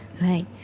Right